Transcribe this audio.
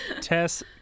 Tess